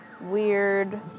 weird